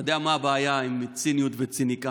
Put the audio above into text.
אתה יודע מה הבעיה עם ציניות וציניקנים?